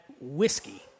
whiskey